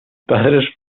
padres